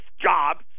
jobs